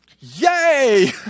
Yay